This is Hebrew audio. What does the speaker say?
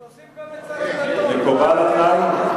תוסיף גם את שר הדתות, מקובל עלייך?